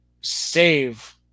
save